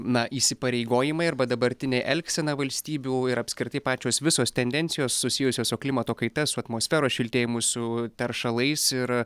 na įsipareigojimai arba dabartinė elgsena valstybių ir apskritai pačios visos tendencijos susijusios su klimato kaita su atmosferos šiltėjimu su teršalais ir